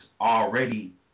already